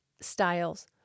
styles